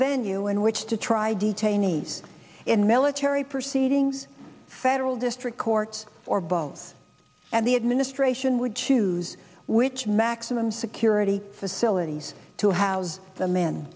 venue in which to try detainees in military proceedings federal district courts or both and the administration would choose which maximum security facilities to house the